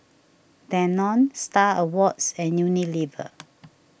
Danone Star Awards and Unilever